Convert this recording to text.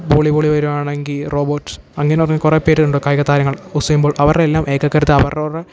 ബോളീവോളി വരികയാണെങ്കിൽ റോബർട്ട് അങ്ങനറിഞ്ഞ് കുറേ പേരുണ്ട് കായിക താരങ്ങൾ ഉസേയ്ൻബോൾ അവരുടെയെല്ലാം ഏകാഗ്രത അവരവരുടെ